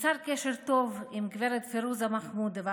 נוצר קשר טוב עם הגב' פרוזה מחמודובה,